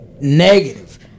negative